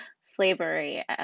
slavery